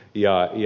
ja j